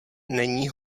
není